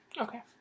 okay